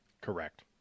Correct